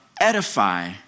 Edify